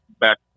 back